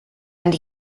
and